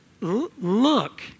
look